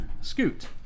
scoot